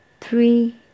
three